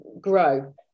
grow